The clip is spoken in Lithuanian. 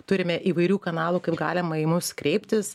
turime įvairių kanalų kaip galima į mus kreiptis